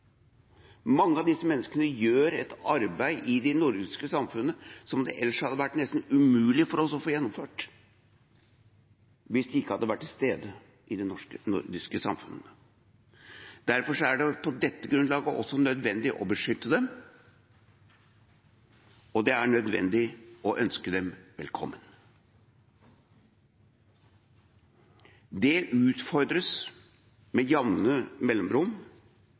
Mange av disse menneskene gjør et arbeid i de nordiske samfunnene som det ellers hadde vært nesten umulig for oss å få gjennomført, hvis de ikke hadde vært til stede i de nordiske samfunnene. Derfor er det også på dette grunnlaget nødvendig å beskytte dem, og det er nødvendig å ønske dem velkommen. Dette utfordres med jevne mellomrom,